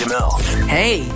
Hey